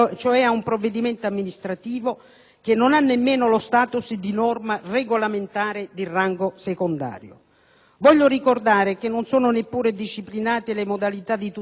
che non ha nemmeno lo *status* di norma regolamentare di rango secondario. Voglio ricordare che non sono neppure disciplinate le modalità di tutela dei dati personali.